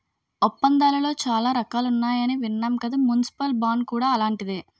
ఒప్పందాలలో చాలా రకాలున్నాయని విన్నాం కదా మున్సిపల్ బాండ్ కూడా అలాంటిదే